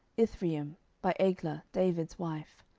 ithream, by eglah david's wife.